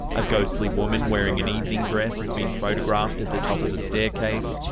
a ghostly woman wearing an evening dress has been photographed at the top of the staircase,